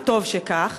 וטוב שכך.